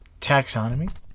taxonomy